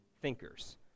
thinkers